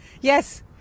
Yes